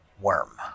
worm